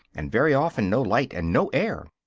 and very often no light and no air.